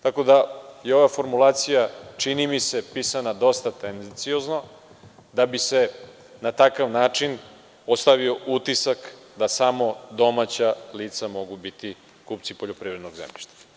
Tako da je ova formulacija, čini mi se, pisana dosta tendenciozno da bi se na takav način ostavio utisak da samo domaća lica mogu biti kupci poljoprivrednog zemljišta.